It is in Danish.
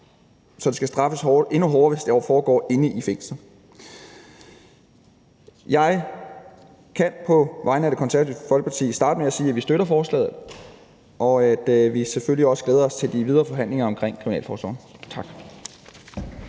Så det skal straffes endnu hårdere, hvis det foregår inde i fængslet. Jeg kan på vegne af Det Konservative Folkeparti slutte med at sige, at vi støtter forslaget, og at vi selvfølgelig også glæder os til de videre forhandlinger omkring kriminalforsorgen. Tak.